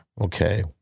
Okay